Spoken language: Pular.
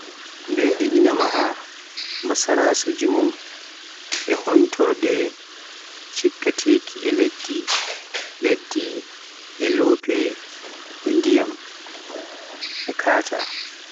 Beeli ina maha basarasuuji mum, e huntorde, cikkateeki e leddi, leddi, e loope e ndiyam e kaanya